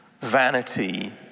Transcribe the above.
vanity